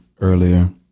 earlier